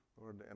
Lord